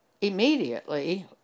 immediately